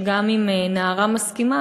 שגם אם נערה מסכימה,